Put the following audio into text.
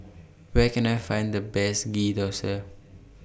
Where Can I Find The Best Ghee Thosai